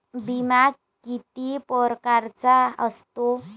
बिमा किती परकारचा असतो?